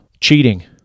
Cheating